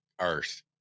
earth